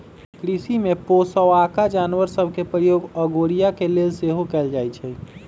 कृषि में पोशौआका जानवर सभ के प्रयोग अगोरिया के लेल सेहो कएल जाइ छइ